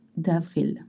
d'avril